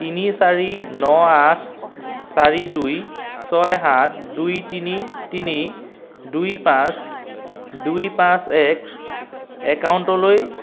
তিনি চাৰি ন আঠ চাৰি দুই ছয় সাত দুই তিনি তিনি দুই পাঁচ দুই পাঁচ এক একাউণ্টটোলৈ